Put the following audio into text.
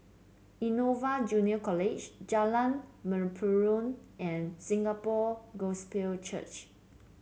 Innova Junior College Jalan Mempurong and Singapore Gospel Church